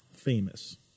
famous